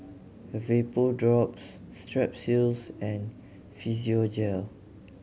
Vapodrops Strepsils and Physiogel